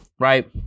Right